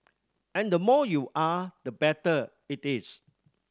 and the more you are the better it is